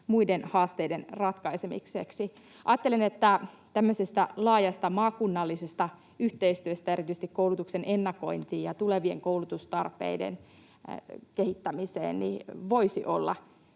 muiden haasteiden ratkaisemiseksi. Ajattelen, että tämmöisestä laajasta maakunnallisesta yhteistyöstä erityisesti koulutuksen ennakointiin ja tulevien koulutustarpeiden kehittämiseen voisi olla